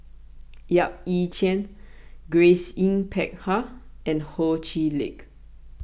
Yap Ee Chian Grace Yin Peck Ha and Ho Chee Lick